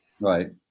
right